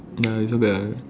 nah it's so bad ah